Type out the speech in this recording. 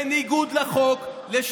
בניגוד לחוק,